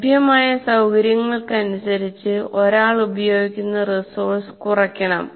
ലഭ്യമായ സൌകര്യങ്ങൾക്കനുസരിച്ചു ഒരാൾ ഉപയോഗിക്കുന്ന റിസോഴ്സ്സ് കുറക്കണം